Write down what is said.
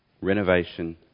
renovation